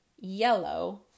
yellow